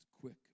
quick